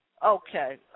Okay